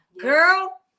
girl